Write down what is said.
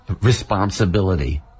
responsibility